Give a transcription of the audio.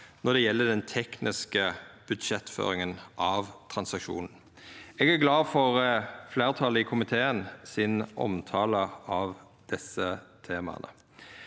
når det gjeld den tekniske budsjettføringa av transaksjonen. Eg er glad for fleirtalet i komiteen sin omtale av desse temaa.